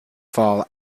fall